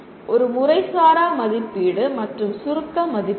ஒரு முறைசாரா மதிப்பீடு மற்றும் சுருக்க மதிப்பீடு